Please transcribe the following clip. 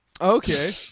okay